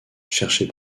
chercher